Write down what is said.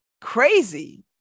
crazy